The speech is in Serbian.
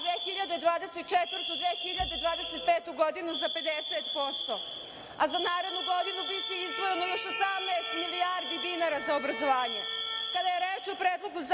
2024/2025. godinu za 50%, a za narednu godinu biće izdvojeno još 18 milijardi dinara za obrazovanje. Kada je reč o Predlogu